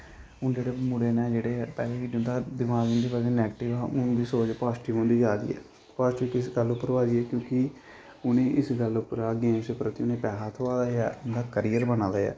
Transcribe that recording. हून जेह्ड़े मुड़े न जेह्ड़े पैह्ले जिं'दा दमाग जिं'दा नगटिव हा हून उं'दी सोच पासिटिव होंदी जा दी ऐ पाजिटिव किस गल्ल उप्पर होआ दी क्योंकि उ'नें गी इस गल्ल उप्परा गेमस प्रति उ'नें गी पैसा थ्होआ दा ऐ उं'दा कैरियर बना दा ऐ